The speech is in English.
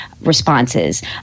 responses